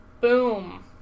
Boom